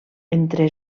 entre